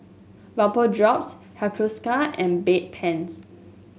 Bapodrops Hiruscar and Bedpans